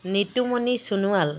Nitumoni Sonowal